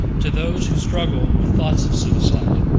to those who struggle with thoughts of suicide,